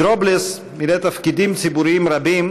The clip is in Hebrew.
דרובלס מילא תפקידים ציבוריים רבים,